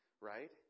right